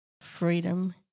Freedom